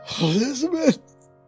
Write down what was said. Elizabeth